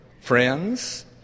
friends